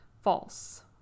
false